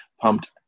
pumped